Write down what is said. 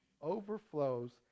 overflows